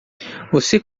você